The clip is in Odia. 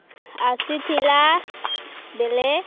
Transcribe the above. ଆସି ଥିଲା ବେଲେ